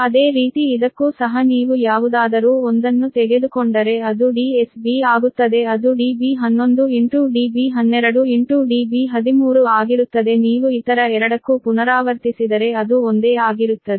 ಅದೇ ರೀತಿ ಇದಕ್ಕೂ ಸಹ ನೀವು ಯಾವುದಾದರೂ ಒಂದನ್ನು ತೆಗೆದುಕೊಂಡರೆ ಅದು DSB ಆಗುತ್ತದೆ ಅದು db11 db12 db13 ಆಗಿರುತ್ತದೆ ನೀವು ಇತರ ಎರಡಕ್ಕೂ ಪುನರಾವರ್ತಿಸಿದರೆ ಅದು ಒಂದೇ ಆಗಿರುತ್ತದೆ